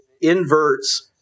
inverts